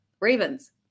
Ravens